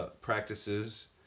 Practices